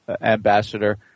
ambassador